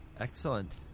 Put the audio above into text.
excellent